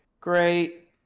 Great